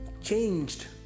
changed